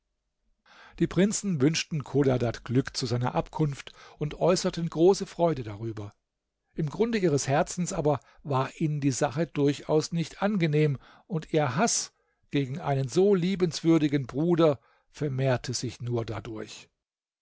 die prinzen wünschten chodadad glück zu seiner abkunft und äußerten große freude darüber im grunde ihres herzens aber war ihnen die sache durchaus nicht angenehm und ihr haß gegen einen so liebenswürdigen bruder vermehrte sich nur dadurch